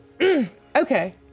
Okay